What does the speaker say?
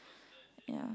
yeah